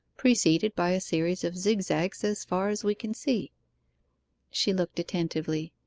preceded by a series of zigzags as far as we can see she looked attentively.